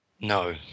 No